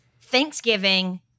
Thanksgiving